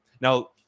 Now